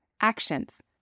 Actions